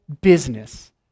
business